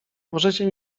możecie